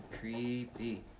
Creepy